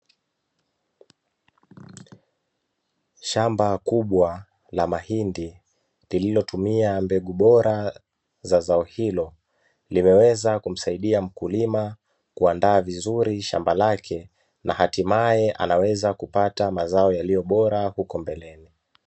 Shamba kubwa la mahindi lililotumika mbegu bora la zao hilo, linaweza kumsaidia mkulima kuandaa vizuri shamba lake na hatimaye anaweza kupata mazao yaliyobora huko mbeleni.